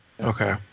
Okay